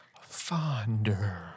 fonder